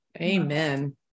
Amen